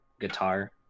guitar